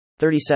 37